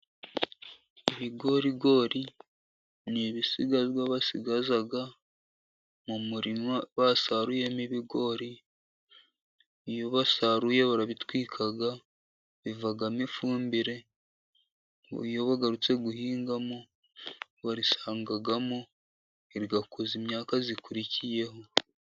Ibigorigori ni ibisigazwa basigaza mu murima basaruyemo ibigori. Iyo basaruye barabitwika bivamo ifumbire, iyo bagarutse guhingamo barisangamo rigakuza imyaka ikurikiyeho.